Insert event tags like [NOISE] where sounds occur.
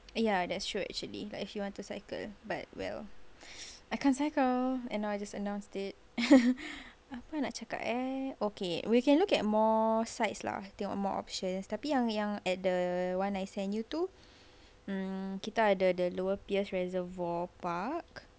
ya that's true actually like if you want to cycle but well I can't cycle and now I just announced it [LAUGHS] apa nak cakap eh okay we can look at more sites lah think got more options tapi yang yang at the the one I sent you to mm kita ada the lower pierce reservoir park